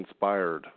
inspired